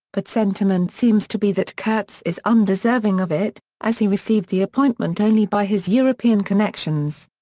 but sentiment seems to be that kurtz is undeserving of it, as he received the appointment only by his european connections.